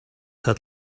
had